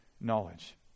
knowledge